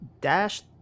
Dash